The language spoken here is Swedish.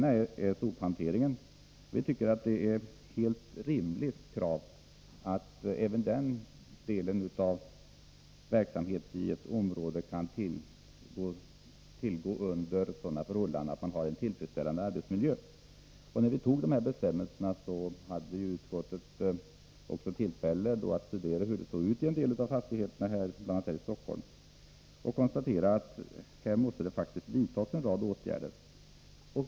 Vad gäller sophanteringen tycker vi att det är ett helt rimligt krav att även den verksamheten kan utföras i en tillfredsställande arbetsmiljö. När bestämmelserna kom till, hade utskottet tillfälle att studera hur det såg ut i en del fastigheter, bl.a. här i Stockholm, och vi konstaterade då att här måste det vidtas en rad åtgärder.